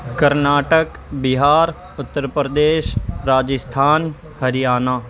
Karnataka Bihar Uttar Pradesh Rajasthan Haryana